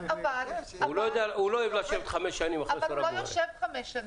אבל הוא לא יושב חמש שנים,